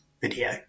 video